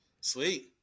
Sweet